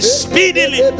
speedily